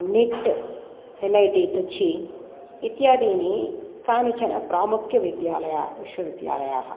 nit N I T Trichy इत्यादयः केचन प्रमुखविद्यालयाः विश्वविद्यालयाः